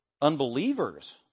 Unbelievers